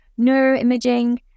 neuroimaging